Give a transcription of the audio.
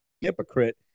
hypocrite